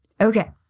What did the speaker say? Okay